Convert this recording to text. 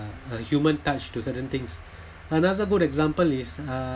a a human touch to certain things another good example is uh